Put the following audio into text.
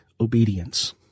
Obedience